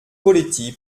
poletti